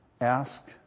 ask